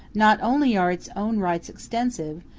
not only are its own rights extensive,